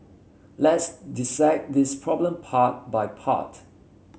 let's dissect this problem part by part